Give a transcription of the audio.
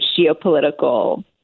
geopolitical